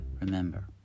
remember